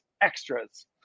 extras